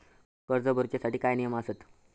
कर्ज भरूच्या साठी काय नियम आसत?